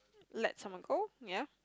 let someone go ya